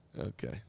Okay